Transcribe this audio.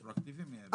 הרטרואקטיביות,